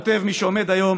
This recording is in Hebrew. כותב מי שעומד היום